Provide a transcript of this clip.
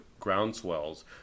groundswells